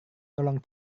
tolong